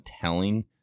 telling